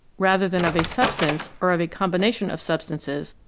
rather than of a substance or of a combination of substances,